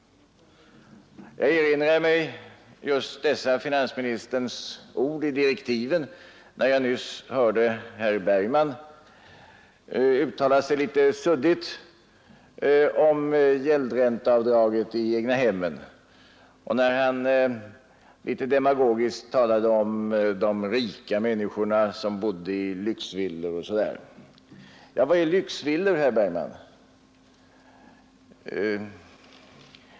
Jag erinrade mig just dessa finansministerns ord i utredningsdirektiven när jag nyss hörde herr Bergman uttala sig litet suddigt om gäldränteavdraget i egnahemmen, varvid han demagogiskt talade om de rika människor som bor i lyxvillor osv. Ja, vad är lyxvillor, herr Bergman?